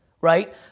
Right